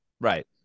right